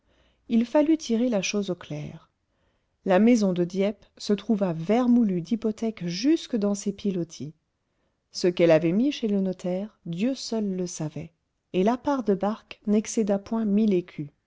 il fallut tirer la chose au clair la maison de dieppe se trouva vermoulue d'hypothèques jusque dans ses pilotis ce qu'elle avait mis chez le notaire dieu seul le savait et la part de barque n'excéda point mille écus